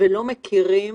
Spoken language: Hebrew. ולא מכירים